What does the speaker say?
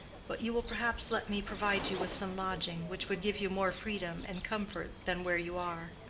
but you will perhaps let me provide you with some lodging, which would give you more freedom and comfort than where you are.